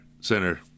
Center